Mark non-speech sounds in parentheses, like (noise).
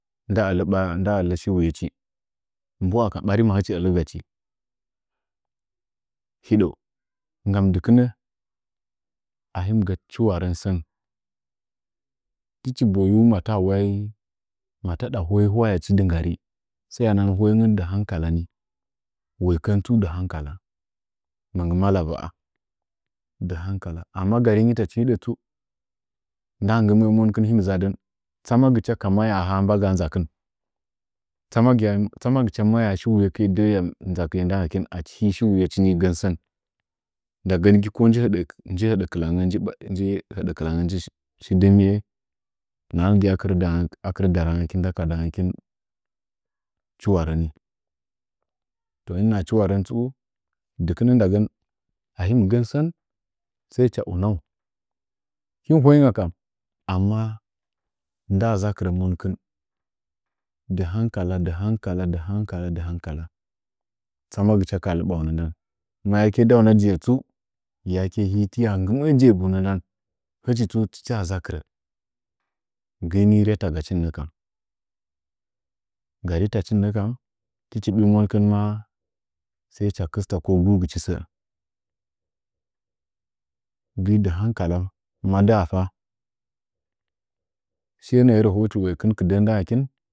Nda ələ (unintelligible) Nda ələ shiwuyechi mbu aka ɓari machichi ələgachi hidəu nggam dɨkɨnə, ahim ga chiwarən sən tichi boyu matad boye hwayachi dɨ nggari, hiya nahan hoyengən dɨ haukala ni waikən tsu dɨ hankala ma malova’a dɨ hangkala amma ga nihitachi hidə tsu ndaa gɨmə’ə monkin him ʒadən tsamagicha ka maya haa mbagaa nʒakɨn, tsamagicha maye shwukəe dɨngnggachi woikin ndakin shiwuyekin mɨgənsən ndagən ko nji hədə kilangə nahangɨya kɨrə daran gəkin chiwarə ni, to him naha chiwarən tsu, dɨkɨnə ndagən a hin gən sən cha unau, him hoinga kam amma ndaa ʒakɨrə monkin dɨ hankala dɨhankal tsamagɨcha ka haa, ndauna lɨbə ndau, ma yakee ndauna lɨbə tsu yakə tiya nggɨməə jegunə ndau hichi tsu tichi waa ʒakɨrə, grini nggɨrtagachin nəkəm, ga rɨtachin nəkam fitsama monkɨn maa gɨugɨchisə, gɨi dɨ hankala madaa fa shine ruwaitu ki kanda yin.